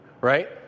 right